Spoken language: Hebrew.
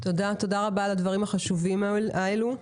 תודה רבה על הדברים החשובים האלה.